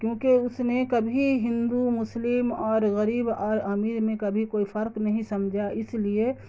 کیونکہ اس نے کبھی ہندو مسلم اور غریب اور امیر میں کبھی کوئی فرق نہیں سمجھا اس لیے